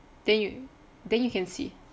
then you then you can see